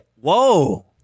Whoa